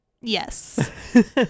Yes